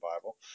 Bible